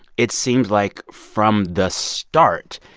it seems like from the start,